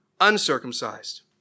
uncircumcised